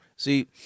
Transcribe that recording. See